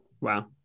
Wow